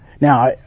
Now